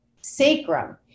sacrum